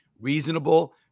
reasonable